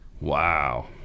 Wow